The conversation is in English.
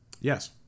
Yes